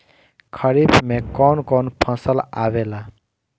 खरीफ में कौन कौन फसल आवेला?